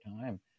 time